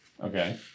Okay